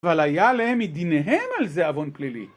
אבל היה להם מדיניהם על זה אבון פלילי